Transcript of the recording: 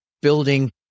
building